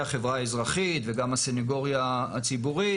החברה האזרחית וגם הסנגוריה הציבורית,